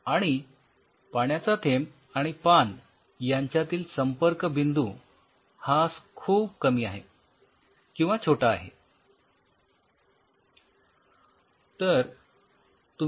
आणि पाण्याचा थेंब आणि पान यांच्यातील संपर्कबिंदू हा खूप कमी आहे किंवा छोटा आहे